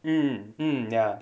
mm mm ya